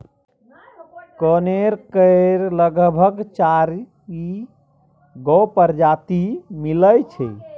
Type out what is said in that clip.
कनेर केर लगभग चारि गो परजाती मिलै छै